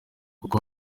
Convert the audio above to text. kuko